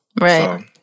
Right